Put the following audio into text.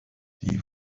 die